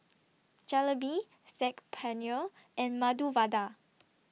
Jalebi Saag Paneer and Medu Vada